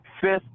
fifth